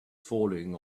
falling